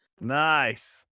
Nice